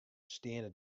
steane